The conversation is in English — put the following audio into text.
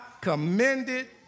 commended